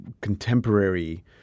contemporary